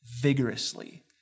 vigorously